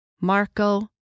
Marco